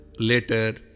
Later